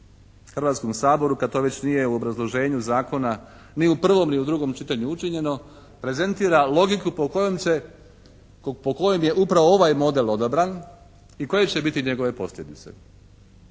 Hrvatskom saboru kad to već nije u obrazloženju zakona ni u prvom ni u drugom čitanju učinjeno prezentira logiku po kojem je upravo ovaj model odabran i koje će biti njegove posljedice.